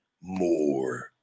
more